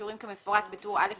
בשיעורים כמפורט בטור א להלן,